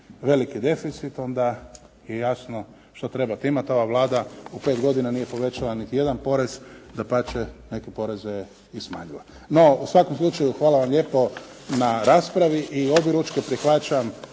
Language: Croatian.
veliki deficit onda je jasno što trebate imate, ova Vlada u 5 godina nije povećala niti jedan porez, dapače neke poreze je i smanjila. No, u svakom slučaju hvala vam lijepo na raspravi i objeručke prihvaćam